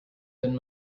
than